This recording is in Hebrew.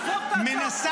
מי אתם